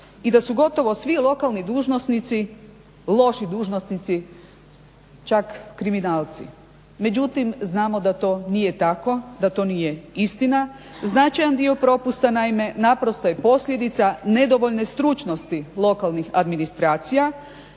i da su gotovo svi lokalni dužnosnici, loši dužnosnici, čak kriminalci. Međutim, znamo da to nije tako, da to nije istina, značajan dio propusta naime naprosto je posljedica nedovoljne stručnosti lokalnih administracija